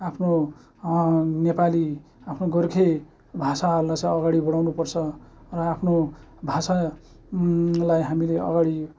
आफ्नो नेपाली आफ्नो गोर्खे भाषाहरूलाई चाहिँ अगाडि बढाउनु पर्छ र आफ्नो भाषा लाई हामीले अगाडि